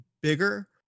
bigger